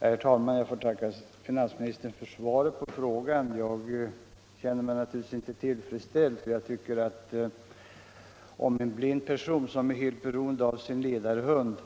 Herr talman! Jag får tacka finansministern för svaret på frågan. Jag känner mig naturligtvis inte tillfredsställd med det. Om en blind person, som är helt beroende av sin ledarhund,